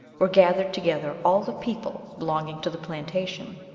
were gathered together all the people belonging to the plantation.